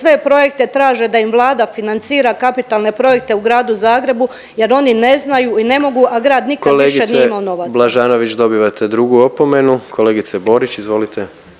sve projekte traže da im Vlada financira kapitalne projekte u Gradu Zagrebu jer oni ne znaju i ne mogu, a grad nikad više nije imao novaca. **Jandroković, Gordan (HDZ)** Kolegice Blažanović, dobivate drugu opomenu. Kolegice Borić izvolite.